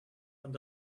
and